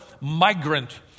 migrant